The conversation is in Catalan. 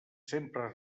sempre